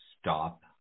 stop